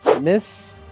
Miss